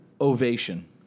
Ovation